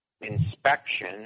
inspection